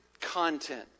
content